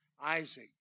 Isaac